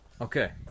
Okay